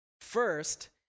First